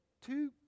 two